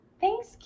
Thanks